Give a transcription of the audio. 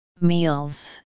Meals